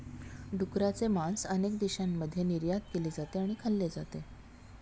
डुकराचे मांस अनेक देशांमध्ये निर्यात केले जाते आणि खाल्ले जाते